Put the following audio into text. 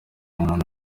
umuntu